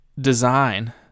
design